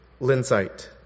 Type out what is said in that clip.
linsight